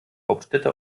hauptstädte